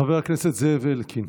חבר הכנסת זאב אלקין.